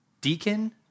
deacon